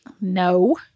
No